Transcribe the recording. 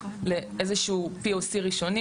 לאיזשהו POC ראשוני,